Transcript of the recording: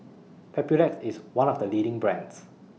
Papulex IS one of The leading brands